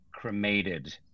cremated